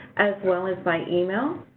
as well as by email.